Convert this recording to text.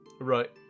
right